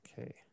okay